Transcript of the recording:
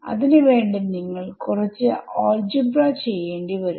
അതിന് വേണ്ടി നിങ്ങൾ കുറച്ചു അൽജിബ്രാ ചെയ്യേണ്ടി വരും